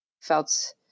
felt